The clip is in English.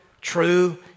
true